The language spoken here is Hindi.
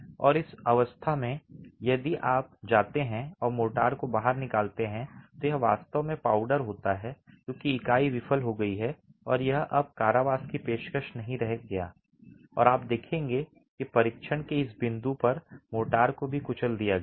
और इस अवस्था में यदि आप जाते हैं और मोर्टार को बाहर निकालते हैं तो यह वास्तव में पाउडर होता है क्योंकि इकाई विफल हो गई है और यह अब कारावास की पेशकश नहीं कर रहा है और आप देखेंगे कि परीक्षण के इस बिंदु पर मोर्टार को भी कुचल दिया गया है